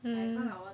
mmhmm